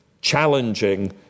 challenging